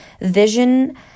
vision